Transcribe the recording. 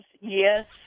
yes